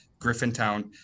Griffintown